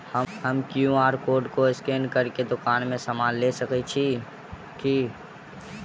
हम QR code scan कऽ केँ दुकान मे समान लऽ सकैत छी की?